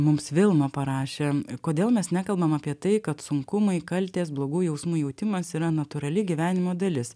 mums vilma parašė kodėl mes nekalbam apie tai kad sunkumai kaltės blogų jausmų jautimas yra natūrali gyvenimo dalis